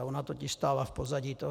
Ona totiž stála v pozadí toho.